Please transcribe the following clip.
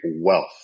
wealth